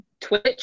Twitch